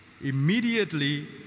Immediately